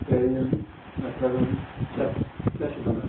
تُہۍ أنِو اَتھ لَگَن ترٛے کیاہ چھُو بناوُن